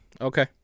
Okay